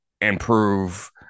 improve